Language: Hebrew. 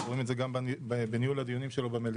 אנחנו רואים את זה גם בניהול הדיונים שלו במליאה,